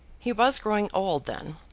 he was growing old then,